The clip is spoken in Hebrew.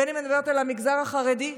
בין שאני מדברת על המגזר החרדי,